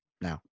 now